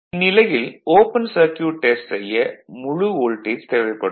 இந்நிலையில் open circuit test செய்ய முழு வோல்டேஜ் தேவைப்படும்